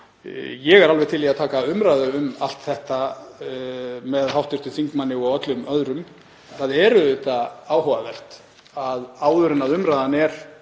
Ég er alveg til í að taka umræðu um allt þetta með hv. þingmanni og öllum öðrum. Það er auðvitað áhugavert að áður en umræðan er